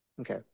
Okay